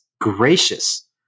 Gracious